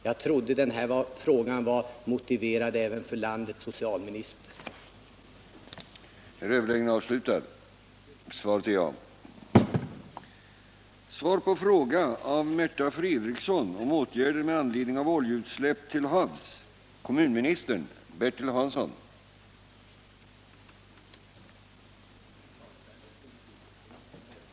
Jag trodde att även landets socialminister ansåg att den här frågan är motiverad.